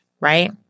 right